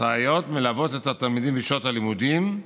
הסייעות מלוות את התלמידים בשעות הלימודים,